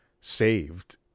saved